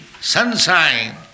sunshine